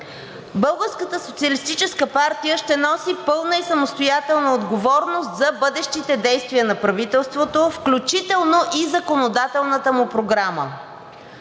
Българската социалистическа партия ще носи пълна и самостоятелна отговорност за бъдещите действия на правителство, включително и законодателната му програма,